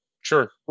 sure